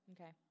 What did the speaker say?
okay